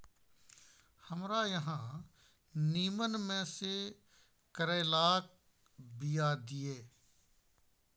हमरा अहाँ नीमन में से करैलाक बीया दिय?